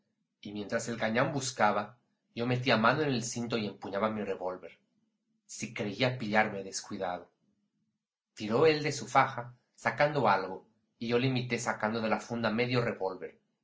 y mientras el gañán buscaba yo metía mano en el cinto y empuñaba mi revólver si creía pillarme descuidado tiró él de su faja sacando algo y yo le imité sacando de la funda medio revólver